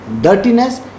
dirtiness